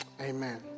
Amen